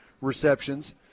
receptions